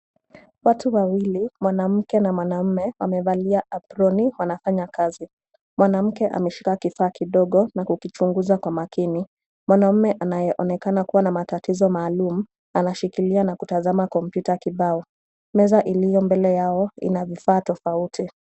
Watu wawili, mwanamke na mwanamume wamevalia aproni wanafanya kazi. Mwanamke ameshika kifaa kidogo na kukichunguza kwa makini. Mwanamume anayeonekana kuwa na matatizo maalum anashikilia na kutazama kompyuta kibao. Meza iliyo mbele yao ina vifaa tofauti.